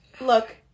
look